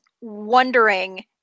wondering